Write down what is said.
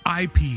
IP